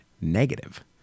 negative